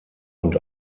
und